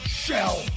shell